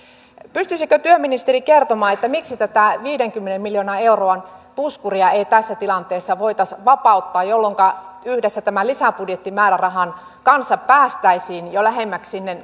pystyisikö työministeri kertomaan miksi tätä viidenkymmenen miljoonan euron puskuria ei tässä tilanteessa voitaisi vapauttaa jolloinka yhdessä tämän lisäbudjettimäärärahan kanssa päästäisiin jo lähemmäksi